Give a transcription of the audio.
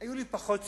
היו לי פחות ציפיות,